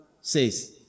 says